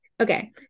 Okay